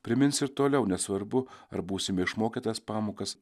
primins ir toliau nesvarbu ar būsime išmokę tas pamokas